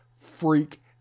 freak